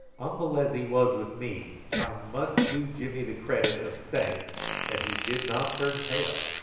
humble as he was with me, i must do jimmy the credit of saying that he did not turn tail,